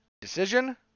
decision